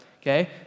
Okay